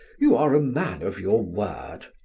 you are a man of your word.